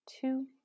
two